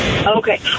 Okay